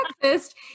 breakfast